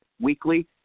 weekly